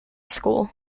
school